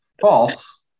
false